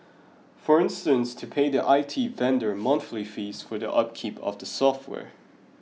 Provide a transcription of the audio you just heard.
for instance to pay the I T vendor monthly fees for the upkeep of the software